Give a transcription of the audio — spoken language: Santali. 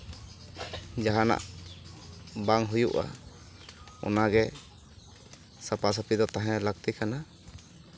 ᱡᱟᱦᱟᱸᱱᱟᱜ ᱵᱟᱝ ᱦᱩᱭᱩᱜᱼᱟ ᱚᱱᱟ ᱜᱮ ᱥᱟᱯᱟᱼᱥᱟᱯᱤ ᱫᱚ ᱛᱟᱦᱮᱸ ᱞᱟᱹᱠᱛᱤ ᱠᱟᱱᱟ